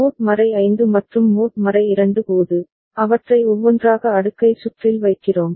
mode 5 மற்றும் mode 2 போது அவற்றை ஒவ்வொன்றாக அடுக்கை சுற்றில் வைக்கிறோம்